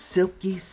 Silky